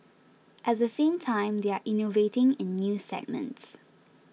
at the same time they are innovating in new segments